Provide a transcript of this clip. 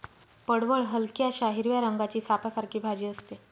पडवळ हलक्याशा हिरव्या रंगाची सापासारखी भाजी असते